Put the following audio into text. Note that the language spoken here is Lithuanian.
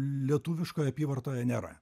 lietuviškoje apyvartoje nėra